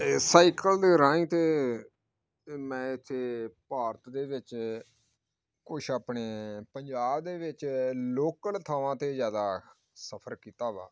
cycle ਦੇ ਰਾਹੀਂ ਤਾਂ ਤਾਂ ਮੈਂ ਇੱਥੇ ਭਾਰਤ ਦੇ ਵਿੱਚ ਕੁਛ ਆਪਣੇ ਪੰਜਾਬ ਦੇ ਵਿੱਚ ਲੋਕਲ ਥਾਵਾਂ 'ਤੇ ਜ਼ਿਆਦਾ ਸਫਰ ਕੀਤਾ ਵਾ